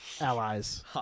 allies